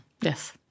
Yes